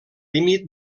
límit